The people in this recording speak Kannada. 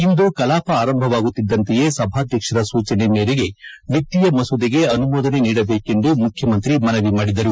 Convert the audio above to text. ಇಂದು ಕಲಾಪ ಆರಂಭವಾಗುತ್ತಿದ್ದಂತೆಯೇ ಸಭಾಧ್ಯಕ್ಷರ ಸೂಚನೆ ಮೇರೆಗೆ ವಿತ್ತೀಯ ಮಸೂದೆಗೆ ಅನುಮೋದನೆ ನೀಡಬೇಕೆಂದು ಮುಖ್ಯಮಂತ್ರಿ ಮನವಿ ಮಾಡಿದರು